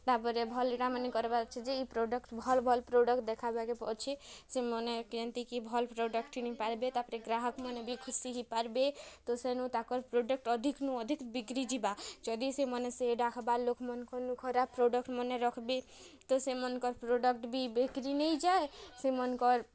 ଭାବରେ ଭଲ୍ ଇଟାମାନେ କର୍ବାର୍ ଅଛେ ଯେ ଇ ପ୍ରଡ଼କ୍ଟ୍ ଭଲ୍ ଭଲ୍ ପ୍ରଡ଼କ୍ଟ୍ ଦେଖାବାକେ ଅଛେ ସେମାନେ କେନ୍ତିକି ଭଲ୍ ପ୍ରଡ଼କ୍ଟ୍ ଘିନି ପାର୍ବେ ତାପରେ ଗ୍ରାହକ୍ମାନେ ବି ଖୁସି ହେଇପାର୍ବେ ତ ସେନୁ ତାକର୍ ପ୍ରଡ଼କ୍ଟ୍ ଅଧିକ୍ନୁ ଅଧିକ୍ ବିକ୍ରି ଯିବା ଯଦି ସେମାନେ ସେ ଡାକ୍ବାର୍ ଲୋକ୍ମନ୍କର୍ନୁ ଖରାପ୍ ପ୍ରଡ଼କ୍ଟ୍ମନେ ରଖିବେ ତ ସେମାନଙ୍କର୍ ପ୍ରଡ଼କ୍ଟ୍ ବି ବିକ୍ରି ନେଇଯାଏ ସେମାନଙ୍କର୍